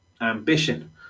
ambition